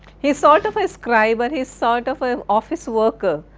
he is sort of a scriber he is sort of ah an office worker.